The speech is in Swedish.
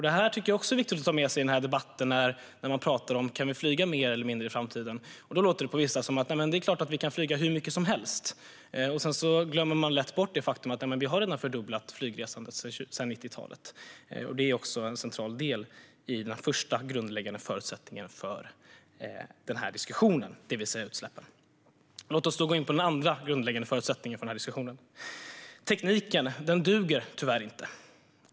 Det tycker jag är viktigt att ta med sig i den här debatten. Kan vi flyga mer eller mindre i framtiden? När man pratar om det låter det på vissa som att det är klart att vi kan flyga hur mycket som helst. Sedan glömmer man lätt bort det faktum att vi redan har fördubblat flygresandet sedan 90-talet. Detta är också en central del i den första grundläggande förutsättningen för den här diskussionen, det vill säga utsläppen. Låt oss gå in på den andra grundläggande förutsättningen för diskussionen. Tekniken duger tyvärr inte.